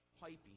piping